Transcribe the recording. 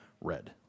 Red